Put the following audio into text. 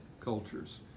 cultures